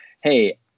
hey